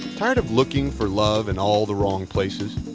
tired of looking for love in all the wrong places?